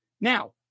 Now